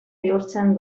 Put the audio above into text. bihurtzen